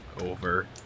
over